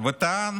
וטען